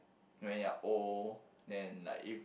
when you're old then like if